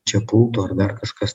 čia pultų ar dar kažkas